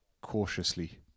cautiously